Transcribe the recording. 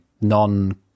non